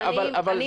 אני